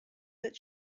that